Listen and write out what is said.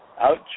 out